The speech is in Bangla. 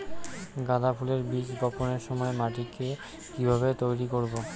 গাদা ফুলের বীজ বপনের সময় মাটিকে কিভাবে তৈরি করব?